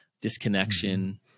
disconnection